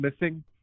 missing